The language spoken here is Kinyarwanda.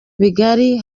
bigari